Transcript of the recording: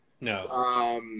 no